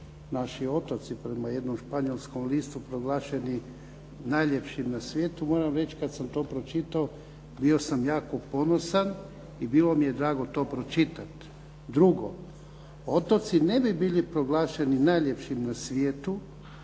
naši otoci prema jednom španjolskoj listu proglašeni najljepšim na svijetu, moram reći kad sam to pročitao, bio sam jako ponosan i bilo mi je drago to pročitati. Drugo, otoci ne bi bili proglašeni najljepšim na svijetu